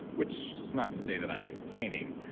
which is not to say that i'm complaining.